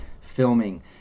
filming